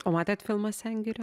o matėt filmą sengirė